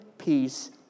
Peace